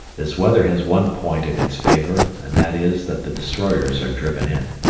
this weather has one point in its favour and that is that the destroyers are driven in.